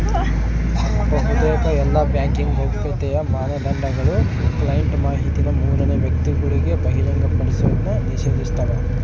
ಬಹುತೇಕ ಎಲ್ಲಾ ಬ್ಯಾಂಕಿಂಗ್ ಗೌಪ್ಯತೆಯ ಮಾನದಂಡಗುಳು ಕ್ಲೈಂಟ್ ಮಾಹಿತಿನ ಮೂರನೇ ವ್ಯಕ್ತಿಗುಳಿಗೆ ಬಹಿರಂಗಪಡಿಸೋದ್ನ ನಿಷೇಧಿಸ್ತವ